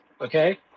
okay